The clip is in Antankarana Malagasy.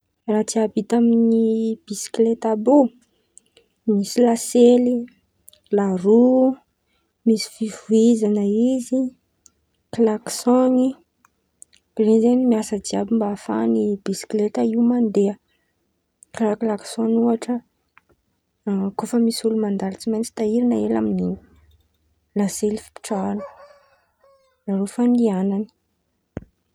Raha jiàby hita amy biskilety àby io, misy lasely, laroa, misy fivoizan̈a izy, klakisiôny, ren̈y zen̈y miasa jiàby mba hafahan̈y biskilety io mandeha karàha klakisiôny ôhatra kô fa misy olo mandalo tsy maintsy tahorin̈y hely amin̈'iny, lasely fipetrahan̈a, laroa fandian̈any.